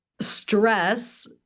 stress